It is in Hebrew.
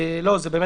זה היה